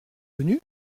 venu